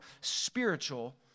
spiritual